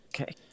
Okay